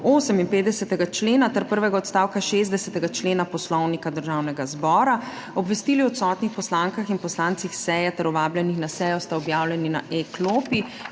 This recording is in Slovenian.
58. člena ter prvega odstavka 60. člena Poslovnika Državnega zbora. Obvestili o odsotnih poslankah in poslancih s seje ter vabljenih na sejo sta objavljeni na e-klopi.